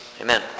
Amen